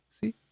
see